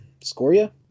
Scoria